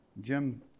Jim